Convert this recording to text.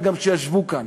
וגם שישבו כאן,